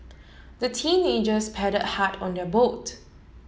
the teenagers paddled hard on their boat